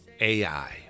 AI